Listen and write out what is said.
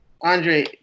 Andre